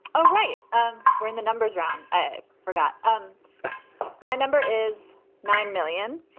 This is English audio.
all right. um we're in the numbers round. i forgot um my number is nine million.